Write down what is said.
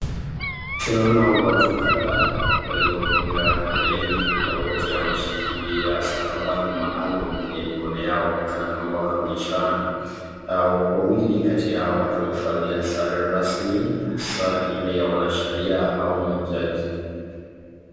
Tunaona watu kadhaa waliopanga laini, na wote wameshikilia stakabadhi maalum kwenye mikono yao, kana kwamba wanaonyeshana. Wawili kati ya hawa watu wamevalia sare rasmi haswa ile ya wanasheria au majaji.